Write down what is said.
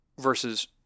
versus